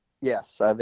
Yes